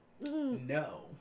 no